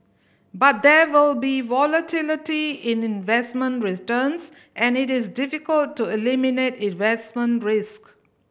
but there will be volatility in investment returns and it is difficult to eliminate investment risk